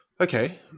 Okay